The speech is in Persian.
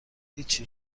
هیچی